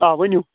آ ؤنِو